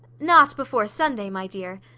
not before sunday, my dear.